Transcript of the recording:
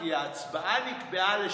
כי ההצבעה נקבעה ל-20:30,